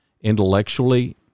intellectually